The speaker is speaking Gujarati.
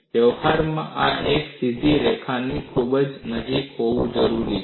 વ્યવહારમાં આ એક સીધી રેખાની ખૂબ નજીક હોવાનું જણાય છે